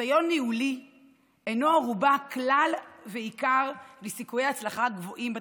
ניסיון ניהולי אינו ערובה כלל ועיקר לסיכויי הצלחה גבוהים בתפקיד.